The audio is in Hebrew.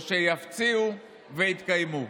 או שיפציעו ויתקיימו.